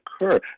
occur